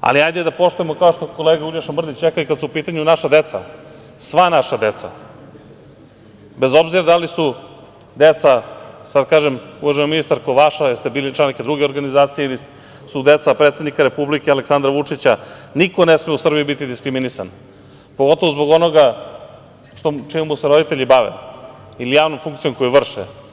ali hajde da poštujemo kao što je kolega Uglješa Mrdić rekao i kada su u pitanju naša deca, sva naša deca, bez obzira da li su deca, sada kažem uvažena ministarko, vaša jer ste bili član neke druge organizacije ili su deca predsednika Republike Aleksandra Vučića, niko ne sme u Srbiji biti diskriminisan, pogotovo zbog onoga čime mu se roditelji bave ili javnom funkcijom koju vrše.